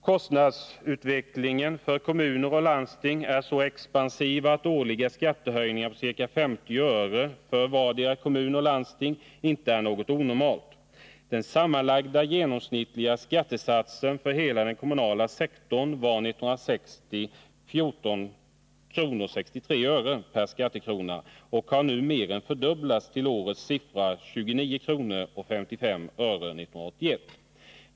Kostnadsutvecklingen för kommuner och landsting är så expansiv att årliga skattehöjningar på ca 50 öre för vardera kommun och landsting inte är något onormalt. Den sammanlagda genomsnittliga skattesatsen för hela den kommunala sektorn var 1960 14:63 kr. per skattekrona och har nu mer än fördubblats till årets siffra 29:55 kr. 1981.